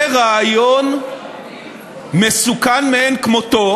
זה רעיון מסוכן מאין כמותו,